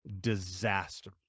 disaster